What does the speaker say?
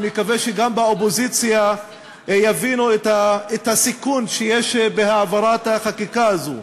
אני מקווה שגם באופוזיציה יבינו את הסיכון שיש בהעברת החקיקה הזאת.